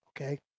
Okay